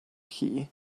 chi